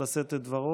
לשאת את דברו,